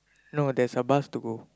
no there's a bus to go